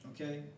Okay